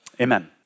Amen